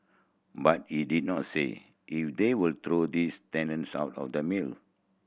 but he did not say if they will throw these tenants out of the mill